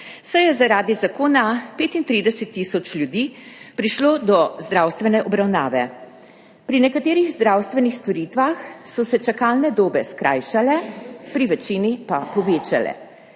saj je zaradi zakona 35 tisoč ljudi prišlo do zdravstvene obravnave. Pri nekaterih zdravstvenih storitvah so se čakalne dobe skrajšale, pri večini pa povečale.